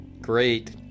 Great